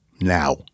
now